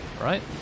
right